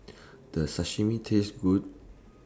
Does Sashimi Taste Good